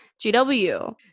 GW